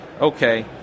okay